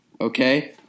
okay